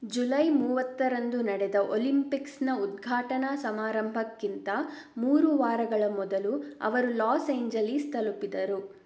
July ಮೂವತ್ತರಂದು ನಡೆದ ಒಲಿಂಪಿಕ್ಸ್ನ ಉದ್ಘಾಟನಾ ಸಮಾರಂಭಕ್ಕಿಂತ ಮೂರು ವಾರಗಳ ಮೊದಲು ಅವರು ಲಾಸ್ ಏಂಜಲೀಸ್ ತಲುಪಿದರು